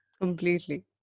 completely